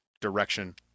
direction